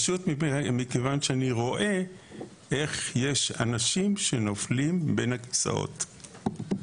מכיוון שאני רואה שיש אנשים שנופלים בין הכיסאות.